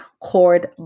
cord